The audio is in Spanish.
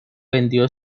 vendió